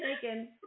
taken